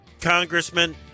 Congressman